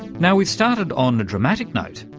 now we've started on a dramatic note,